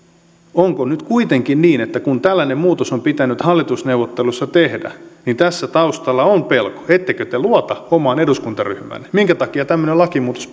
onko nyt kuitenkin niin että kun tällainen muutos on pitänyt hallitusneuvotteluissa tehdä niin tässä taustalla on pelko ettekö te luota omaan eduskuntaryhmäänne minkä takia tämmöinen lakimuutos